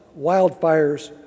wildfires